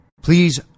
Please